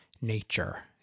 nature